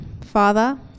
Father